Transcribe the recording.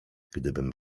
gdybym